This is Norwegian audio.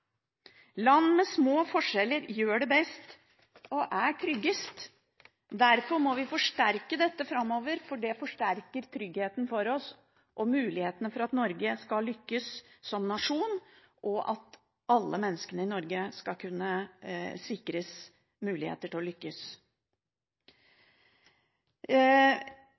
Land med små forskjeller gjør det best og er tryggest. Derfor må vi forsterke dette framover, for det forsterker tryggheten for oss og mulighetene for at Norge skal lykkes som nasjon, og at alle menneskene i Norge skal sikres muligheter til å